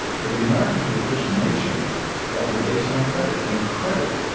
but the americans were the first nation that were based on credit. and credit,